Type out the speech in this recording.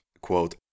quote